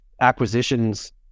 acquisitions